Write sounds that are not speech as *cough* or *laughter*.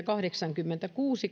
*unintelligible* kahdeksankymmentäkuusi *unintelligible*